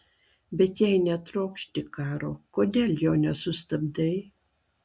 bet jei netrokšti karo kodėl jo nesustabdai